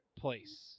place